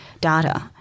data